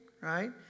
right